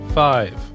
five